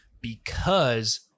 because-